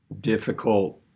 difficult